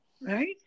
Right